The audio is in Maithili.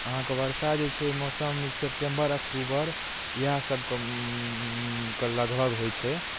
अहाँ कऽ वर्षा जे छै मौसम सेप्टेम्बर अक्टूबर इहए सब कऽ लगभग होइत छै